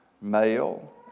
male